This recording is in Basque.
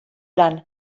lan